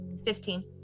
Fifteen